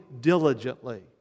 diligently